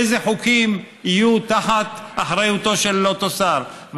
אילו חוקים יהיו תחת אחריותו של אותו שר.